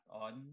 on